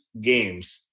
games